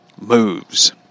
moves